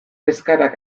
eskaerak